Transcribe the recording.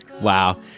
wow